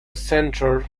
center